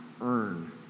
earn